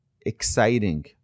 exciting